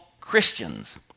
Christians